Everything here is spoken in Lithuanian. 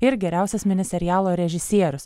ir geriausias mini serialo režisierius